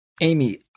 Amy